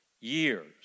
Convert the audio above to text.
years